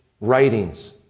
writings